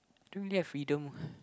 don't really have freedom